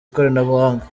ikoranabuhanga